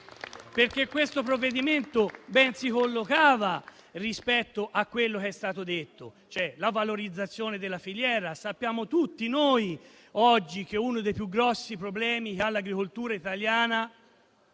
Questo provvedimento, infatti, ben si collocava rispetto a quello che è stato detto, cioè la valorizzazione della filiera. Sappiamo tutti che oggi uno dei più grossi problemi che ha l'agricoltura italiana